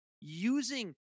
using